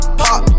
pop